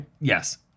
yes